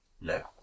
No